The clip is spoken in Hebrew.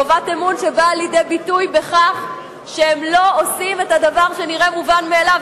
חובת אמון שבאה לידי ביטוי בכך שהם לא עושים את הדבר שנראה מובן מאליו,